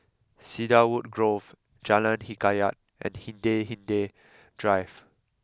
Cedarwood Grove Jalan Hikayat and Hindhede Drive